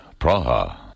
Praha